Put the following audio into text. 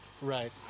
Right